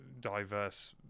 diverse